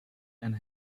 and